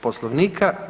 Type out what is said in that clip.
Poslovnika.